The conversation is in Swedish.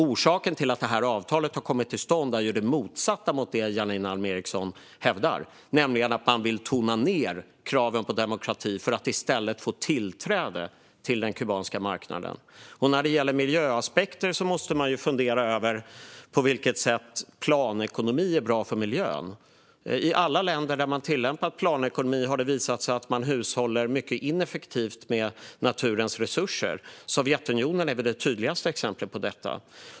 Orsaken till att detta avtal har kommit till stånd är det motsatta till det som Janine Alm Ericson hävdar. Man vill tona ned kraven på demokrati för att i stället få tillträde till den kubanska marknaden. När det gäller miljöaspekter måste man fundera på vilket sätt planekonomi är bra för miljön. I alla länder där man tillämpat planekonomi har det visat sig att man hushållat mycket ineffektivt med naturens resurser. Sovjetunionen är väl det tydligaste exemplet på detta.